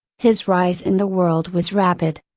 his rise in the world was rapid.